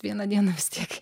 vieną dieną vis tiek